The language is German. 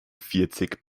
vierzig